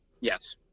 Yes